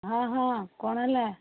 ହଁ ହଁ କ'ଣ ହେଲା